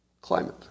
climate